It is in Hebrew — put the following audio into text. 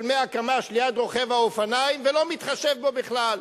100 קמ"ש ליד רוכב האופניים ולא מתחשב בו בכלל.